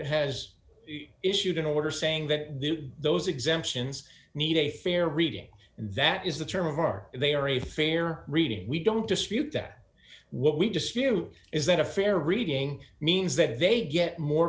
has issued an order saying that those exemptions need a fair reading that is the term of art they are a fair reading we don't dispute that what we dispute is that a fair reading means that they get more